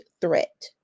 threat